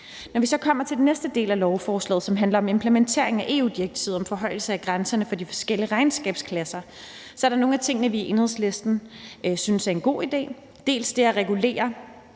Når vi så kommer til den næste del af lovforslaget, som handler om implementering af EU-direktivet om forhøjelse af grænserne for de forskellige regnskabsklasser, er der nogle af tingene, vi i Enhedslisten synes er en god idé. Det gælder det at regulere